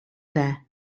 there